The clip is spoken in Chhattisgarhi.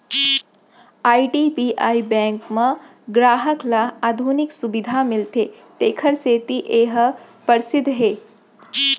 आई.डी.बी.आई बेंक म गराहक ल आधुनिक सुबिधा मिलथे तेखर सेती ए ह परसिद्ध हे